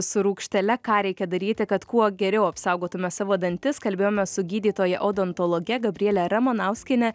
su rūgštele ką reikia daryti kad kuo geriau apsaugotume savo dantis kalbėjome su gydytoja odontologe gabriele ramanauskiene